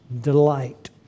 Delight